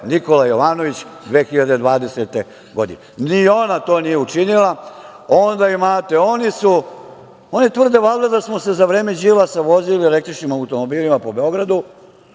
Nikole Jovanović 2020. godine. Ni ona to nije učinila. Onda imate, oni tvrde valjda da smo se za vreme Đilasa vozili električnim automobilima po Beogradu,